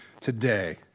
today